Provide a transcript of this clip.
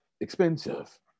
expensive